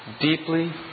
Deeply